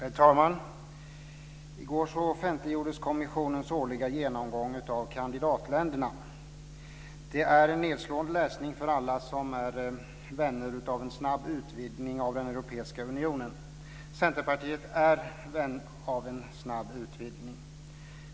Herr talman! I går offentliggjordes kommissionens årliga genomgång av kandidatländerna. Det var en nedslående läsning för alla som är vänner av en snabb utvidgning av den europeiska unionen. Centerpartiet är vän av en snabb utvidgning.